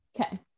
Okay